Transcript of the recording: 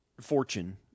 fortune